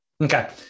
okay